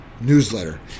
Newsletter